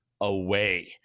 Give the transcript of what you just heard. away